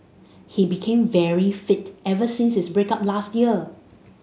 he became very fit ever since his break up last year